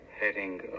heading